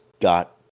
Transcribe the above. got